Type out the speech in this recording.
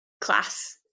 class